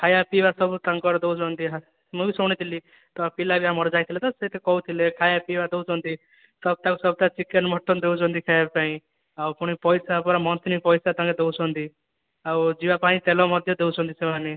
ଖାଇବା ପିଇବା ସବୁ ତାଙ୍କର ଦେଉଛନ୍ତି ହଁ ମୁଁ ବି ଶୁଣିଥିଲି ତ ପିଲାବି ଆମର ଯାଇଥିଲେ ତ ସେ କହୁଥିଲେ ଖାଇବା ପିଇବା ଦେଉଛନ୍ତି ତ ସପ୍ତାହ କୁ ସପ୍ତାହ ଚିକେନ ମଟନ ଦଉଛନ୍ତି ଖାଇବା ପାଇଁ ଆଉ ପୁଣି ପଇସା ମୋନ୍ଥଲି ପଇସା ତାଙ୍କ ଦେଉଛନ୍ତି ଆଉ ଯିବାପାଇଁ ତେଲ ମଧ୍ୟ ଦେଉଛନ୍ତି ସେମାନେ